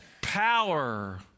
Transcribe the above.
power